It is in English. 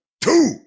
two